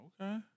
Okay